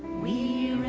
we